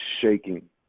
shaking